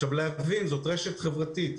זאת רשת חברתית.